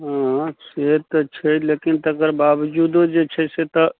हँ से तऽ छै लेकिन तकर बाबजुदो जे छै से तऽ